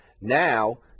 Now